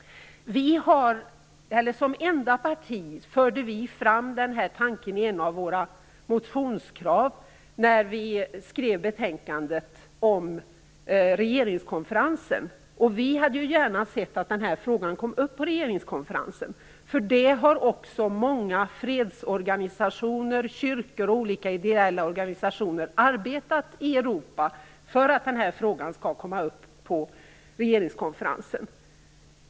Som enda parti förde vi fram den här tanken i ett av våra motionskrav när vi skrev betänkandet om regeringskonferensen. Vi hade gärna sett att den här frågan kom upp på regeringskonferensen. Många fredsorganisationer, kyrkor och olika ideella organisationer i Europa har arbetat för att den här frågan skall komma upp på regeringskonferensen.